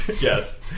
Yes